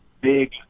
big